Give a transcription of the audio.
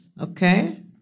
okay